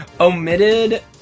omitted